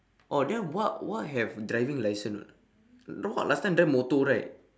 oh then wak wak have driving license or not no wak last time drive motor right